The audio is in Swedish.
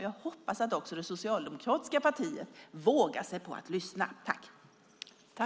Jag hoppas att också det socialdemokratiska partiet vågar lyssna.